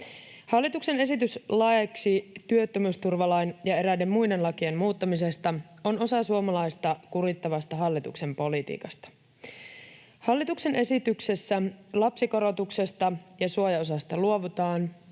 Hallituksen esitys laeiksi työttömyysturvalain ja eräiden muiden lakien muuttamisesta on osa suomalaisia kurittavasta hallituksen politiikasta. Hallituksen esityksessä lapsikorotuksesta ja suojaosasta luovutaan,